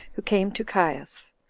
who came to caius.